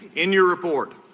in your report,